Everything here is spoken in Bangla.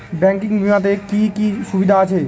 ব্যাঙ্কিং বিমাতে কি কি সুবিধা আছে?